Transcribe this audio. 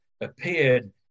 appeared